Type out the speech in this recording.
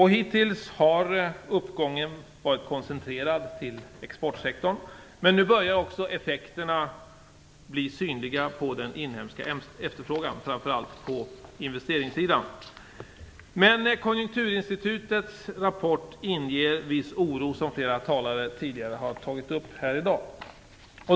Hittills har uppgången varit koncentrerad till exportsektorn, men nu börjar också effekterna bli synliga på den inhemska efterfrågan - framför allt på investeringssidan. Men Konjunkturinstitutets rapport inger viss oro, som flera talare tidigare har tagit upp här i dag.